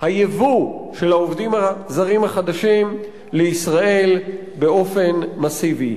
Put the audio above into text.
הייבוא של העובדים הזרים החדשים לישראל באופן מסיבי.